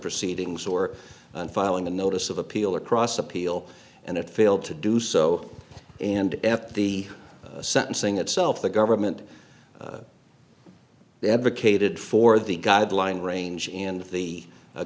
proceedings or filing the notice of appeal across appeal and it failed to do so and after the sentencing itself the government they advocated for the guideline range and the a